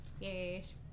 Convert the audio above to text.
Yes